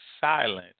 silent